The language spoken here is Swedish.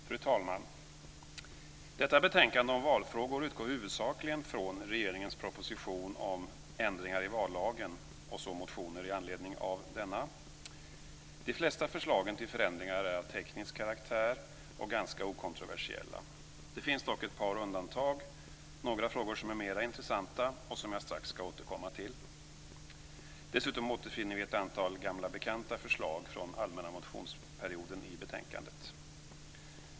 Fru talman! Detta betänkande om valfrågor utgår huvudsakligen från regeringens proposition Ändringar i vallagen och motioner väckta i anledning av denna. De flesta förslagen till förändringar är av teknisk karaktär och är ganska okontroversiella. Det finns dock ett par undantag med några frågor som är mer intressanta och som jag strax ska återkomma till. Dessutom återfinner vi ett antal gamla bekanta förslag från allmänna motionstiden i betänkandet.